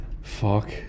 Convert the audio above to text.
fuck